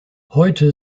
heute